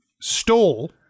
stole